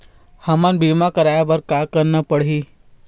हमन बीमा कराये बर का करना पड़ही?